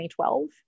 2012